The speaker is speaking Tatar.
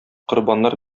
корбаннар